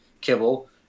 kibble